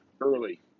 early